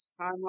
timeline